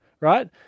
right